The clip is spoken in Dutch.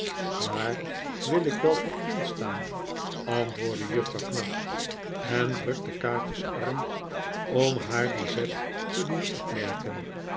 daar wil ik wel voor instaan antwoordde juffrouw knag en drukte kaatje's arm om haar dien zet te doen opmerkeni